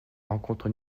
rencontre